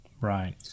Right